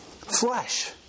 Flesh